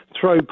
throw